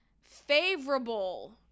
favorable